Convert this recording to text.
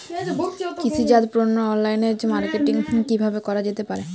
কৃষিজাত পণ্যের online marketing কিভাবে করা যেতে পারে?